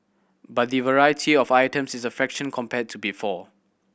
but the variety of items is a fraction compared to before